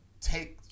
take